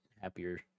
happier